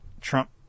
Trump